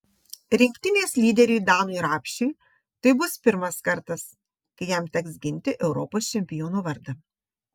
rinktinės lyderiui danui rapšiui tai bus pirmas kartas kai jam teks ginti europos čempiono vardą